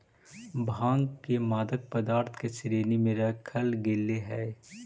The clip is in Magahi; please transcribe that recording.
भाँग के मादक पदार्थ के श्रेणी में रखल गेले हइ